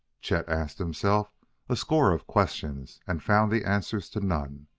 chet asked himself a score of questions and found the answer to none.